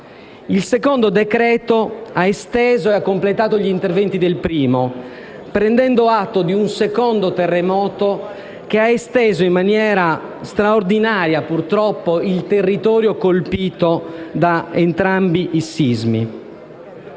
Il secondo decreto-legge ha completato gli interventi del primo, prendendo atto di un secondo terremoto che ha esteso in maniera straordinaria, purtroppo, il territorio colpito da entrambi i sismi.